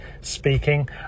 speaking